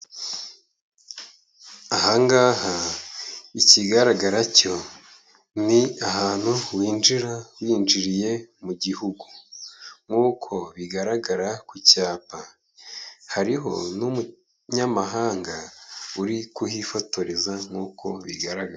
Aha ngaha ikigaragara cyo ni ahantu winjira winjiriye mu gihugu nk'uko bigaragara ku cyapa, hariho n'umunyamahanga uri kuhifotoreza nk'uko bigaragara.